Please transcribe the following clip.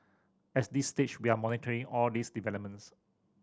at this stage we are monitoring all these developments